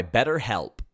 BetterHelp